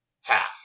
Half